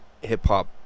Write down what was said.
hip-hop